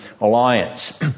alliance